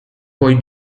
coi